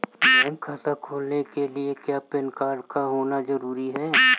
Bank खाता खोलने के लिए क्या पैन कार्ड का होना ज़रूरी है?